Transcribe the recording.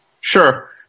Sure